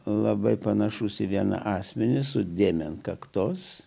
labai panašus į vieną asmenį su dėmę ant kaktos